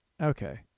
Okay